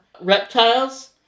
Reptiles